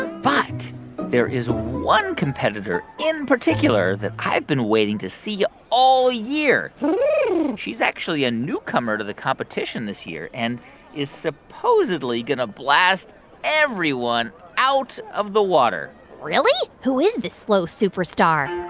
ah but there is one competitor in particular that i've been waiting to see all year she's actually a newcomer to the competition this year and is supposedly going to blast everyone out of the water really? who is this slow superstar?